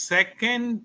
Second